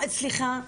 סליחה,